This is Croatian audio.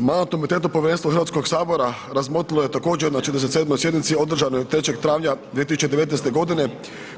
Mandatno-imunitetno povjerenstvo Hrvatskog sabora razmotrilo je također na 47. sjednici održanoj 03. travnja 2019. godine